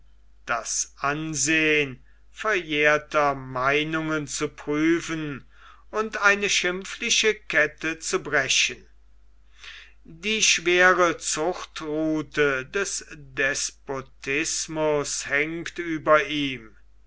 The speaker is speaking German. das ansehen verjährter meinungen zu prüfen und eine schimpfliche kette zu brechen die schwere zuchtruthe des despotismus hängt über ihm